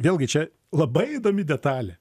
vėlgi čia labai įdomi detalė